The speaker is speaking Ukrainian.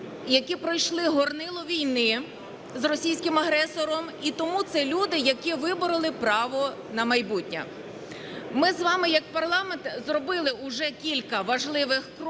які пройшли горнило війни з російським агресором, і тому це люди, які вибороли право на майбутнє. Ми з вами як парламент зробили уже кілька важливих кроків